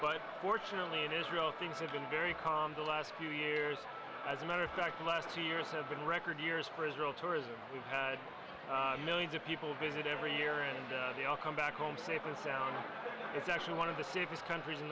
but fortunately in israel things have been very calm the last few years as a matter of fact the last two years have been record years for israel tourism has had millions of people visit every year and they all come back home safe and sound and it's actually one of the safest countries in